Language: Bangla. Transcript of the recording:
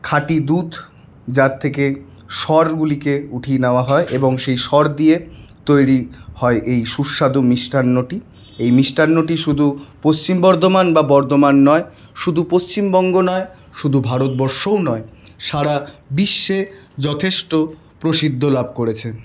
খাঁটি দুধ যার থেকে সরগুলিকে উঠিয়ে নেওয়া হয় এবং সেই সর দিয়ে তৈরি হয় এই সুস্বাদু মিষ্টান্নটি এই মিষ্টান্নটি শুধু পশ্চিম বর্ধমান বা বর্ধমান নয় শুধু পশ্চিমবঙ্গ নয় শুধু ভারতবর্ষও নয় সারা বিশ্বে যথেষ্ট প্রসিদ্ধ লাভ করেছে